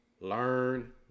learn